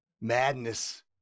madness